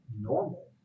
normal